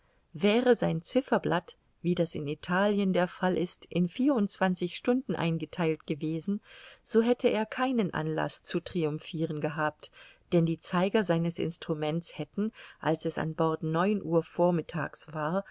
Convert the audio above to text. wäre sein zifferblatt wie das in italien der fall ist in vierundzwanzig stunden eingetheilt gewesen so hätte er keinen anlaß zu triumphiren gehabt denn die zeiger seines instruments hätten als es an bord neun uhr vormittags war